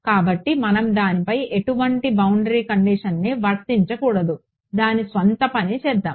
కాబట్టి మనం దానిపై ఎటువంటి బౌండరీ కండిషన్ను వర్తించకూడదు దాని స్వంత పని చేద్దాం